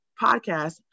podcast